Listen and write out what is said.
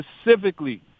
specifically –